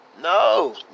No